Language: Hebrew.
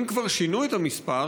אם כבר שינו את המספר,